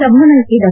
ಸಭಾನಾಯಕಿ ಡಾ